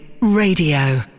Radio